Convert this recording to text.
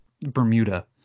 Bermuda